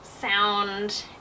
sound